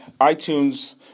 iTunes